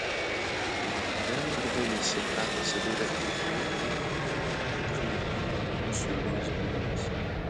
vakare norvegai suprato atsidūrę bjaurioje vietoje vidur nepereinamos juodos girios